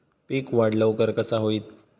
पीक वाढ लवकर कसा होईत?